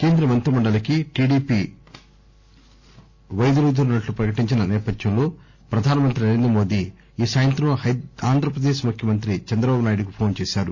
కేంద్రమంత్రిమండలికి TDP వైదొలుగుతున్నట్లు ప్రకటించిన నేపథ్యంలో ప్రధానమంత్రి నరేంద్రమోది ఈ సాయంత్రం ఆంధ్రప్సదేశ్ ముఖ్యమంత్రి చంద్రబాబునాయుడుకు ఫోన్ చేశారు